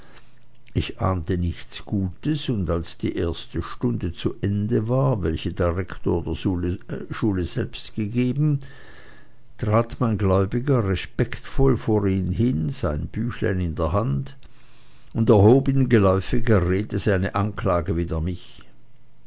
ich ahnte nichts gutes und als die erste stunde zu ende war welche der rektor der schule selbst gegeben trat mein gläubiger respektvoll vor ihn hin sein büchlein in der hand und erhob in geläufiger rede seine anklage wider mich